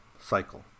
cycle